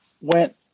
went